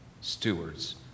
stewards